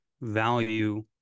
value